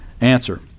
answer